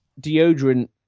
deodorant